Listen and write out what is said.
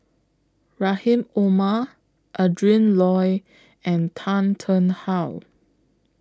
Rahim Omar Adrin Loi and Tan Tarn How